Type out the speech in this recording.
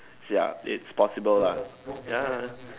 ya it's possible lah ya